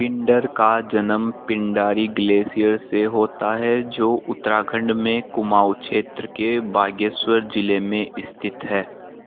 पिंडर का जन्म पिंडारी ग्लेशियर से होता है जो उत्तराखंड में कुमाऊं क्षेत्र के बागेश्वर जिले में स्थित है